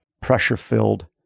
pressure-filled